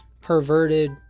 perverted